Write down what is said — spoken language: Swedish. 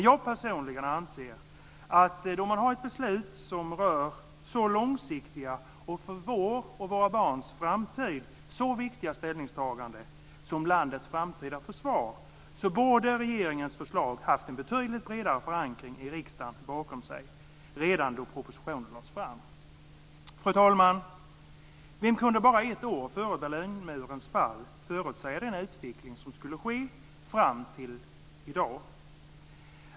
Jag personligen anser att om man har ett beslut som rör så långsiktiga och för vår och våra barns framtid så viktiga ställningstaganden om landets framtida försvar borde regeringens förslag ha en betydligt bredare förankring i riksdagen redan då propositionen lades fram. Fru talman! Vem kunde bara ett år före Berlinmurens fall förutsäga den utveckling som skulle komma att ske fram till i dag?